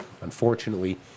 Unfortunately